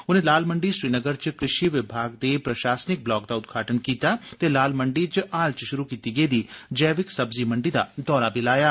उन्ने लाल मंडी श्रीनगर च कृषि विभाग दे प्रशासनिक ब्लाक दा उदघाटन कीता ते लालमंडी च हाल च शुरु कीती गेदी जैविक सब्जी मंडी दा दौरा बी लाया